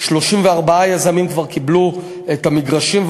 34 יזמים כבר קיבלו את המגרשים,